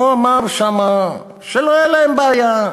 הוא אמר שם שלא הייתה להם בעיה,